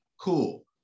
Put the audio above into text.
Cool